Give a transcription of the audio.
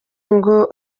ngo